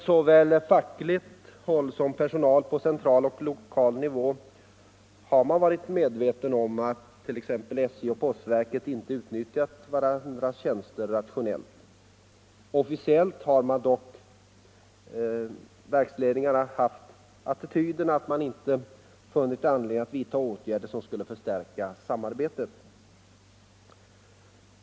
Såväl på fackligt håll som bland personal på central och lokal nivå har man varit medveten om att t.ex. SJ och postverket inte utnyttjat varandras tjänster rationellt. Officiellt har dock verksledningarna haft attityden att man inte funnit anledning att vidta åtgärder som skulle förstärka samarbetet.